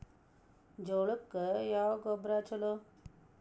ಜೋಳಕ್ಕ ಯಾವ ಗೊಬ್ಬರ ಛಲೋ?